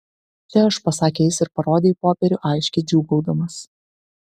čia aš pasakė jis ir parodė į popierių aiškiai džiūgaudamas